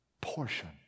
portion